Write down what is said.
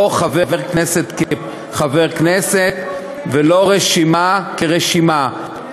לא חבר כנסת כחבר כנסת ולא רשימה כרשימה.